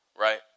Right